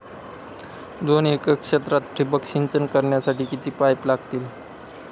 दोन एकर क्षेत्रात ठिबक सिंचन करण्यासाठी किती पाईप लागतील?